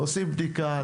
עושים בדיקה,